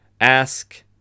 ask